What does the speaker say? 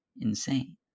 insane